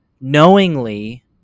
knowingly